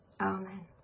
Amen